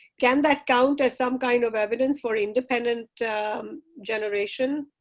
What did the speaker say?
can that count as some kind of evidence for independent generation?